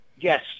yes